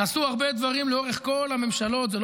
נעשו הרבה דברים לאורך כל הממשלה.